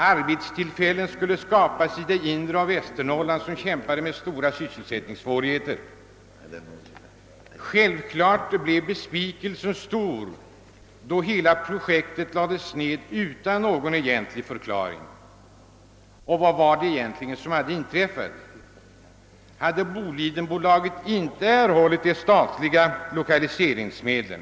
Arbetstillfällen skulle skapas i det inre av Västernorrland, som kämpade med stora sysselsättningssvårigheter. Självfallet blev besvikelsen stor då hela projektet lades ned utan någon egentlig förklaring. Vad var det som hade inträffat? Hade Bolidenbolaget inte erhållit de statliga lokaliseringsmedlen?